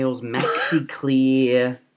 MaxiClear